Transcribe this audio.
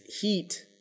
heat